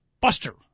Buster